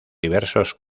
diversos